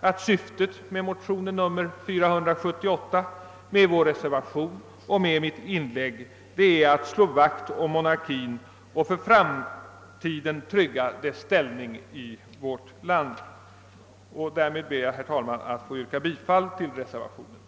att syftet med motion 478, med reservation 1 och med mitt inlägg är att slå vakt om monarkin och för framtiden trygga dess ställning i vårt land. Jag ber, herr talman, att få yrka bifall till reservation 1.